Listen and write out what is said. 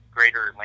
Greater